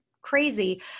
crazy